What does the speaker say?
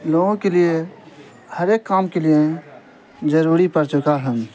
لوگوں کے لیے ہر ایک کام کے لیے ضروری پڑ چکا ہیں